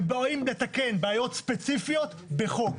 ובאים לתקן בעיות ספציפיות בחוק.